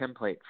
template